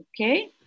Okay